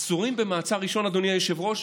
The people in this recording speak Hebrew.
עצורים במעצר ראשון, אדוני היושב-ראש,